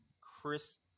Chris